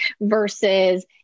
versus